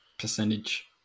percentage